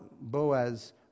Boaz